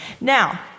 Now